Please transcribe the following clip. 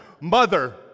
mother